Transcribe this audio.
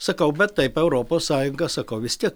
sakau bet taip europos sąjunga sakau vis tiek